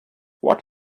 what